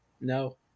No